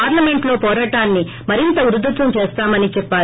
పార్లమెంటులో పోరాటాన్ని మరింత ఉధృతం చేస్తామని చెప్పారు